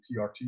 trt